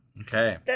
Okay